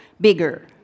bigger